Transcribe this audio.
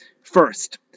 First